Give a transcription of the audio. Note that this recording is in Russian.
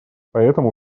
поэтому